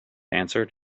answered